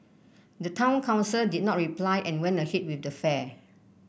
the town council did not reply and went ahead with the fair